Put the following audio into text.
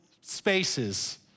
spaces